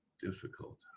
difficult